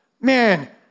man